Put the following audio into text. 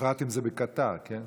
בפרט אם זה בקטאר, כן.